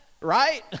Right